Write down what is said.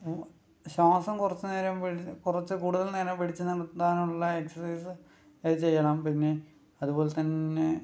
ഇപ്പോൾ ശ്വാസം കുറച്ച് നേരം കുറച്ച് കൂടുതൽ നേരം പിടിച്ചു നിർത്താനുള്ള എക്സർസൈസ് ചെയ്യണം പിന്നെ അതുപോലെ തന്നെ